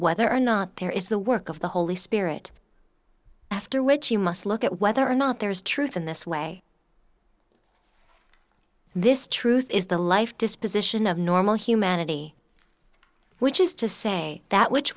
whether or not there is the work of the holy spirit after which you must look at whether or not there is truth in this way this truth is the life disposition of normal humanity which is to say that which